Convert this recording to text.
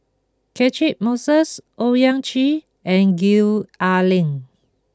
Catchick Moses Owyang Chi and Gwee Ah Leng